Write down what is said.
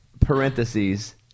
parentheses